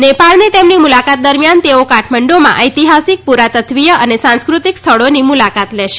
નેપાળની તેમની મુલાકાત દરમિયાન તેઓ કાઠમંડુમાં ઐતિહાસિક પુરાતત્વીય અને સાંસ્ક્રતિક સ્થળોની મુલાકાત લેશે